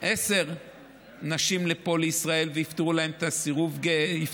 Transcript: עשר נשים לפה, לישראל, ויפתרו להם את זה.